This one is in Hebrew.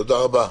תודה רבה.